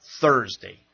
Thursday